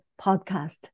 podcast